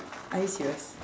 are you serious